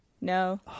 no